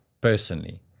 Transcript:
personally